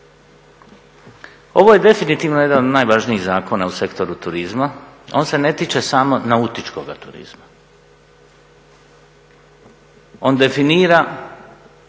Ovo je definitivno jedan od najvažnijih zakona u sektoru turizma. On se ne tiče samo nautičkog turizma, od definira